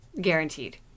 Guaranteed